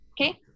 Okay